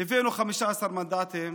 הבאנו 15 מנדטים.